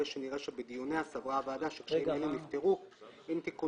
הרי שנראה שבדיוניה סברה הוועדה שאלו נפתרו עם תיקון